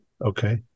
Okay